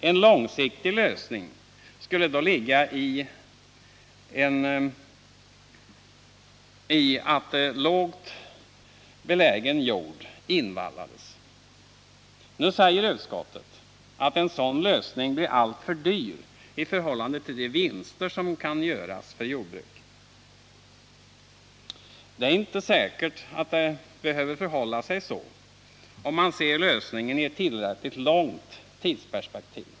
En långsiktig lösning skulle då ligga i att lågt belägen jord invallades. Nu säger utskottet att en sådan lösning blir alltför dyr i förhållande till de vinster som kan göras för jordbruket. Det är inte säkert att det behöver förhålla sig så om man ser lösningen i ett tillräckligt långt perspektiv.